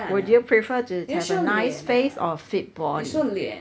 would you prefer to have a nice face or a fit body